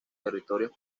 territorios